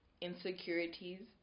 insecurities